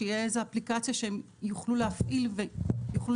שתהיה איזו אפליקציה שהם יוכלו להפעיל ויוכלו